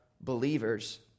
believers